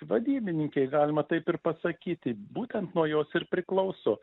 vadybininkei galima taip ir pasakyti būtent nuo jos ir priklauso